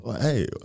Hey